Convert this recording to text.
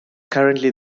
currently